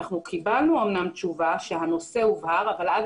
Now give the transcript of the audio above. קיבלנו אמנם תשובה שהנושא הובהר אבל עד